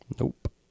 Nope